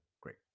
Great